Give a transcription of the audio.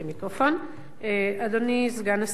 אדוני סגן השר,